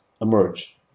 emerge